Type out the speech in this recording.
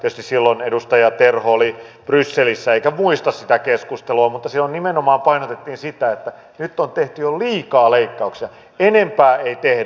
tietysti silloin edustaja terho oli brysselissä eikä muista sitä keskustelua mutta silloin nimenomaan painotettiin sitä että nyt on tehty jo liikaa leikkauksia enempää ei tehdä